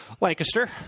Lancaster